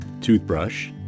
toothbrush